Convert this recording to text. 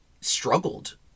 struggled